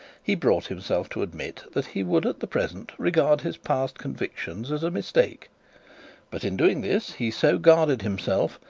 he brought himself to admit that he would at the present regard his past convictions as a mistake but in doing this he so guarded himself,